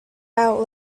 out